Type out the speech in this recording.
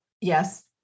Yes